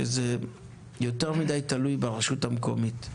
שזה יותר מדי תלוי ברשות המקומית.